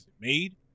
made